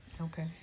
Okay